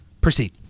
Proceed